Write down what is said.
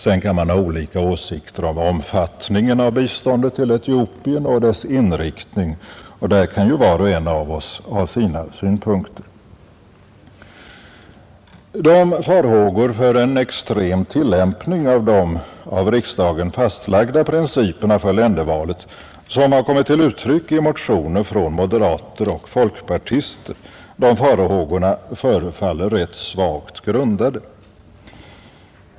Sedan kan man ha olika åsikter om omfattningen av biståndet till Etiopien och dess inriktning. De farhågor för en extrem tillämpning av de av riksdagen fastlagda principerna för ländervalet, som kommer till uttryck i motioner från moderater och folkpartister, förefaller rätt svagt grundade.